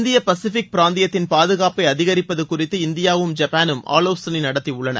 இந்திய பசிபிக் பிராந்தியத்தின் பாதுகாப்பை அதிகிப்பது குறித்து இந்தியாவும் ஜப்பானும் ஆலோசனை நடத்தியுள்ளன